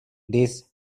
this